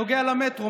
הנוגע למטרו,